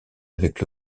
avec